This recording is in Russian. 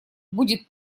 будет